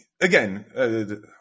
again